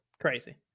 crazy